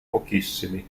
pochissimi